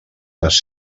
les